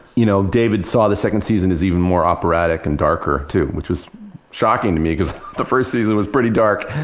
you know david saw the second season as even more operatic and darker, too, which was shocking to me because the first season was pretty dark.